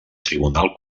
tribunal